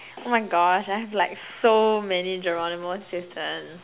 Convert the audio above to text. oh my gosh I have like so many Geronimo-Stilton